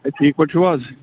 ہے ٹھیٖک پٲٹھۍ چھُو حظ